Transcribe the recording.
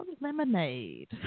lemonade